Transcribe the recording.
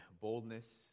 boldness